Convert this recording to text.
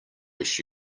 wish